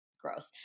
gross